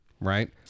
right